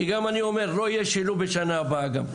כי גם אני אומר גם בשנה הבאה לא יהיה שילוב.